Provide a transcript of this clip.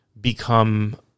become